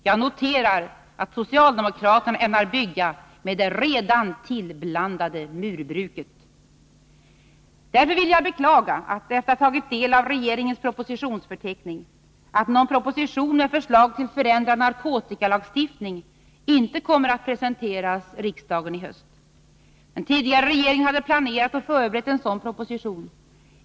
Jag noterar att socialdemokraterna ämnar bygga med det redan tillblandade murbruket. Därför vill jag beklaga — efter att ha tagit del av regeringens propositionsförteckning — att någon proposition med förslag till förändrad narkotikalagstiftning inte kommer att presenteras riksdagen i höst. Den tidigare regeringen hade planerat och föreberett en sådan proposition.